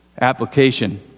Application